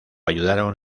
ayudaron